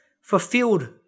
fulfilled